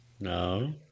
no